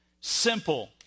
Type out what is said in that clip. Simple